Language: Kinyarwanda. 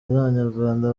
z’abanyarwanda